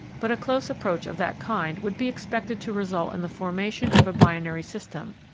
but a close approach of that kind would be expected to result in the formation of a binary system,